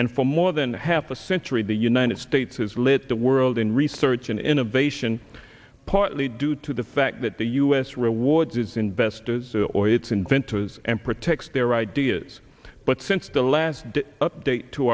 and for more than half a century the united states has led the world in research and innovation partly due to the fact that the us rewards its investors or its inventors and protects their ideas but since the last update to